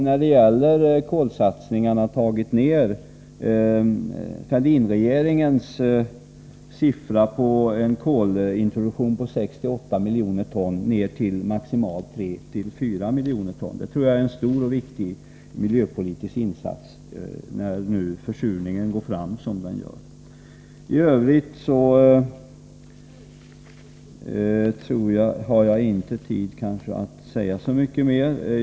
När det gäller kolsatsningarna förespråkade Fälldinregeringen en kolintroduktion på 6-8 miljoner ton. Detta har vi minskat till maximalt 34 miljoner ton. Det tror jag är en stor och viktig miljöpolitisk insats, med tanke på att försurningen går fram som den gör. Jag hinner inte säga så mycket mer.